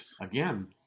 Again